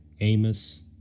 Amos